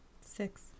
Six